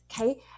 Okay